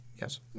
Yes